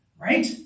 right